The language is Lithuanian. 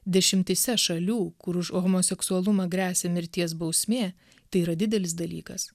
dešimtyse šalių kur už homoseksualumą gresia mirties bausmė tai yra didelis dalykas